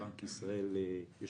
לבנק ישראל יש